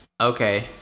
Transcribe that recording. Okay